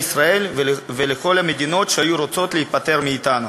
ישראל ולכל המדינות שהיו רוצות להיפטר מאתנו.